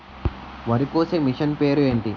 వరి కోసే మిషన్ పేరు ఏంటి